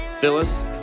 Phyllis